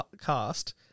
cast